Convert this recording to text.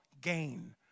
gain